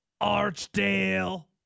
Archdale